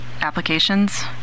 applications